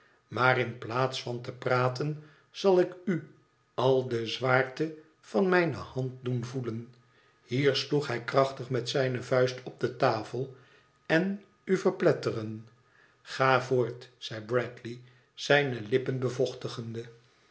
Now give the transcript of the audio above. maar in plaats van te praten zal ik u al de zwaarte van mijne hand doen voelen hier sloeg hij krachtig met zijne vuist op de tafel en u verpletteren ga voort zei bradley zijne lippen